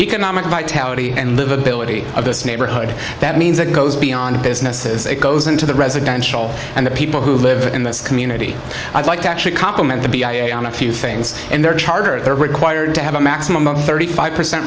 economic vitality and livability of this neighborhood that means it goes beyond businesses it goes into the residential and the people who live in this community i'd like to actually compliment to be on a few things in their charter they're required to have a maximum of thirty five percent